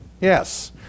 Yes